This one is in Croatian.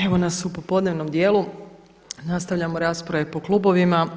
Evo nas u popodnevnom dijelu, nastavljamo rasprave po klubovima.